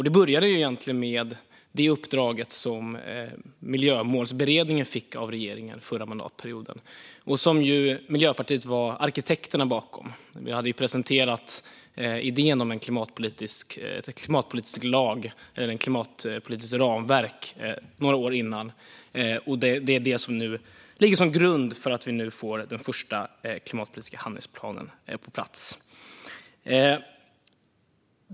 Det började egentligen med det uppdrag som Miljömålsberedningen fick av regeringen under förra mandatperioden och som Miljöpartiet var arkitekt bakom. Vi hade ju presenterat idén om ett klimatpolitiskt ramverk några år dessförinnan. Det är detta som ligger till grund för att vi nu får den första klimatpolitiska handlingsplanen på plats.